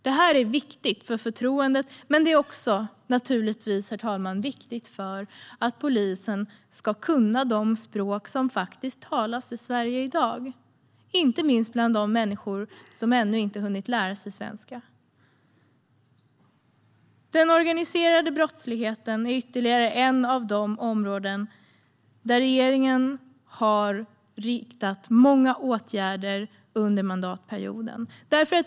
Det är viktigt för förtroendet, men det är naturligtvis också viktigt för att polisen ska kunna de språk som faktiskt talas i Sverige i dag, inte minst bland de människor som ännu inte har hunnit lära sig svenska. Den organiserade brottsligheten är ytterligare ett av de områden där regeringen gjort många riktade insatser under mandatperioden.